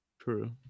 True